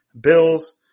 Bills